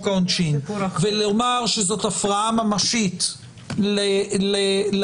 העונשין ולומר שזאת הפרעה ממשית לאדם,